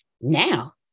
now